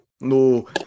No